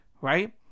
right